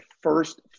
first